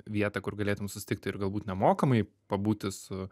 vietą kur galėtum susitikti ir galbūt nemokamai pabūti su